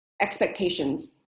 expectations